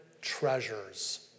treasures